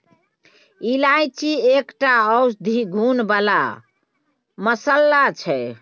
इलायची एकटा औषधीय गुण बला मसल्ला छै